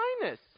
kindness